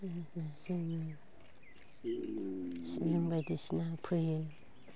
जोंनि सिबिं बायदिसिना फैयो